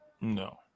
No